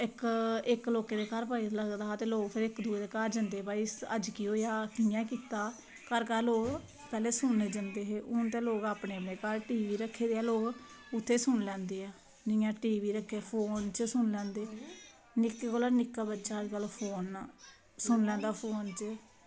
इक्क ते इक्क दूऐ गी पता लगदा ते लोग इक्क दूऐ दे घर जंदे अज्ज केह् होया कियां कीता पैह्लें लोक सुनने जंदे हे ते अज्ज घर घर रक्खे दे लोकें उत्थें सुनी लैंदे न जियां लोकें फोन रक्खे दे निक्के कोला निक्का बच्चा अज्जकल फोन सुनी लैंदा फोन च